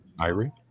Irie